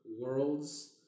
Worlds